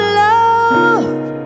love